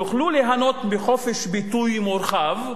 יוכלו ליהנות מחופש ביטוי מורחב,